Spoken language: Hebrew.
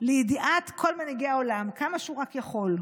לידיעת כל מנהיגי העולם כמה שהוא יכול.